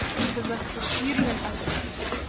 ye possess both beauty and eloquence.